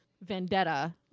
vendetta